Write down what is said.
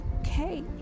okay